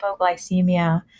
hypoglycemia